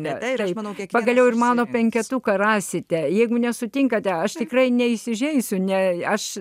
ne ir aš manau kai pagaliau ir mano penketuką rasite jeigu nesutinkate aš tikrai neįsižeisiu ne aš